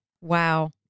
Wow